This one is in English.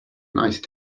nice